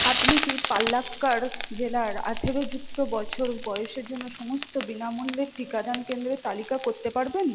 আপনি কি পালাক্কাড় জেলার আঠারো যুক্ত বছর বয়সের জন্য সমস্ত বিনামূল্যের টিকাদান কেন্দ্রের তালিকা করতে পারবেন